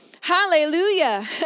hallelujah